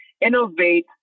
innovate